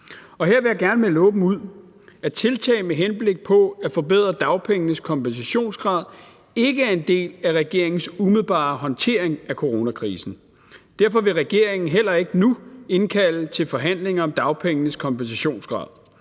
Her vil jeg gerne melde åbent ud, at tiltag med henblik på at forbedre dagpengenes kompensationsgrad ikke er en del af regeringens umiddelbare håndtering af coronakrisen. Derfor vil regeringen heller ikke nu indkalde til forhandlinger om dagpengenes kompensationsgrad.